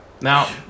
Now